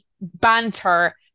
banter